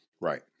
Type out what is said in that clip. Right